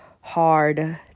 hard